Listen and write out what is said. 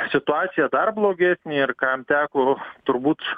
situacija dar blogesnė ir kam teko turbūt